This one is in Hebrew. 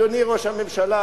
אדוני ראש הממשלה.